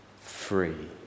free